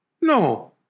No